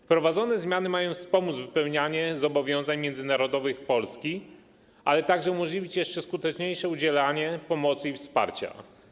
Wprowadzone zmiany mają wspomóc wypełnianie zobowiązań międzynarodowych Polski, ale także umożliwić jeszcze skuteczniejsze udzielanie pomocy, wsparcia.